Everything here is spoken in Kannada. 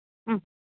ಹ್ಞೂ